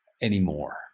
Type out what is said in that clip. anymore